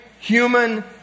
human